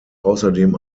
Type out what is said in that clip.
außerdem